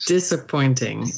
Disappointing